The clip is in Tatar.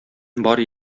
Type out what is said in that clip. бар